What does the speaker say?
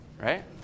right